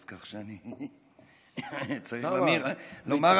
כך שאני צריך לומר "השרים".